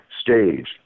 stage